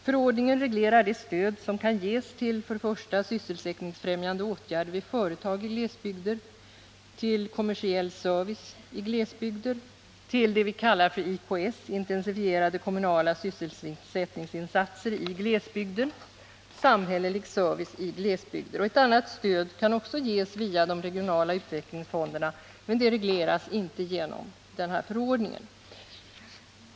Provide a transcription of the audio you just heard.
Förordningen reglerar det stöd som kan ges till 3. det vi kallar IKS, nämligen intensifierade kommunala sysselsättningsinsatser i glesbygder och Ett annat stöd kan också ges via de regionala utvecklingsfonderna, men det regleras inte genom den här förordningen.